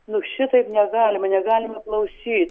nu šitaip negalima negalima klausyt